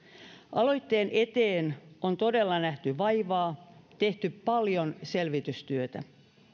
aloitteen eteen on todella nähty vaivaa tehty paljon selvitystyötä